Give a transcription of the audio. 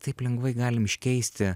taip lengvai galim iškeisti